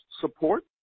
support